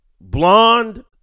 blonde